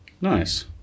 Nice